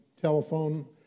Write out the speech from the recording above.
telephone